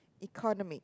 economic